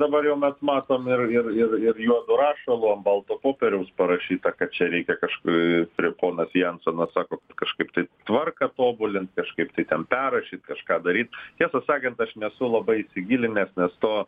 dabar jau mes matom ir ir ir ir juodu rašalu ant balto popieriaus parašyta kad čia reikia kaž priekonas jansonas sako kažkaip tai tvarką tobulint kažkaip tai ten perrašyt kažką daryt tiesą sakant aš nesu labai įsigilinęs nes to